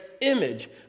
image